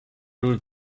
would